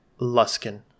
Luskin